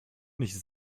nicht